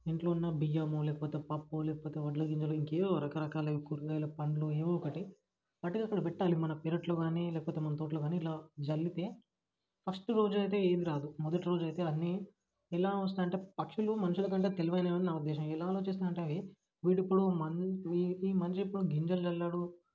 ఇంట్లో ఉన్న బియ్యము లేకపోతే పప్పు లేకపోతే వడ్ల గింజలు ఇంకేవేవో రకరకాల కూరగాయలు పండ్లు ఏవో ఒకటి వాటికి అక్కడ పెట్టాలి మన పెరట్లో కానీ లేకపోతే మన తోటలో కానీ ఇలా జల్లితే ఫస్ట్ రోజైతే ఏది రాదు మొదటి రోజైతే అన్నీ ఎలా వస్తాయంటే పక్షులు మనుషుల కంటే తెలివైనవని నా ఉద్దేశం ఎలా ఆలోచిస్తాయంటే అవి వీడిప్పుడు ఈ మనిషెప్పుడూ గింజలు జల్లడు